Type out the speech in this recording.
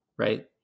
right